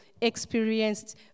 experienced